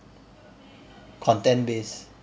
content based